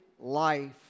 life